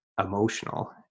emotional